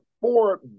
four